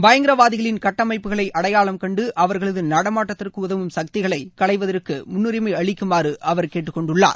பயங்கரவாதிகளின் கட்டமைப்புகளை அடையாளம் கண்டு அவர்களது நடமாட்டத்திற்கு உதவும் சக்திகளை களைவதற்கு முன்னுரிமை அளிக்குமாறு அவர் கேட்டுக்கொண்டார்